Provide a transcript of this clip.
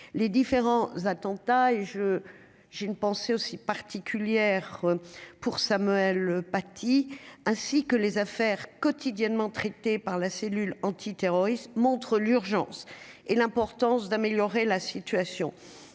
les différents attentats et je j'ai une pensée aussi particulière pour Samuel Paty, ainsi que les affaires quotidiennement traités par la cellule anti-terroriste montre l'urgence et l'importance d'améliorer la situation,